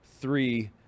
three